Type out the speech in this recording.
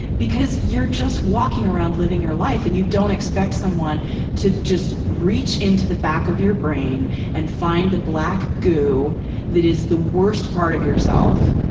because you're just walking around, living your life and you don't expect someone to just reach into the back of your brain and find the black goo that it the worst part of yourself,